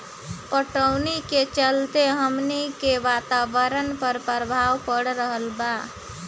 पटवनी के चलते हमनी के वातावरण पर प्रभाव पड़ रहल बा